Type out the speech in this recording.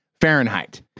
Fahrenheit